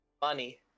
Money